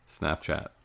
Snapchat